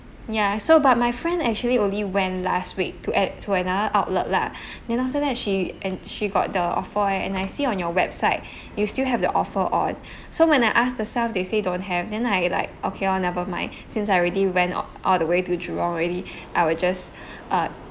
ya so but my friend actually only went last week to an~ to another outlet lah then after that she and she got the offer eh and I see on your website you still have the offer on so when I asked the staff they say don't have then I like okay lor never mind since I already went all all the way to Jurong already I will just uh